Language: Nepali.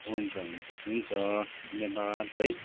हुन्छ हुन्छ हुन्छ धन्यवाद है